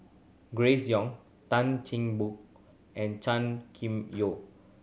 Grace Young Tan Cheng Bock and Chan Kim Yeow